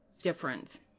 difference